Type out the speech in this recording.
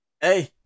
Hey